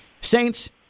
saints